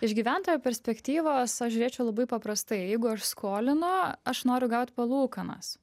iš gyventojo perspektyvos aš žiūrėčiau labai paprastai jeigu aš skolinu aš noriu gaut palūkanas